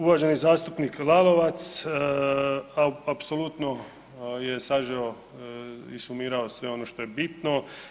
Uvaženi zastupnik Lalovac apsolutno je sažeo i sumirao sve ono što je bitno.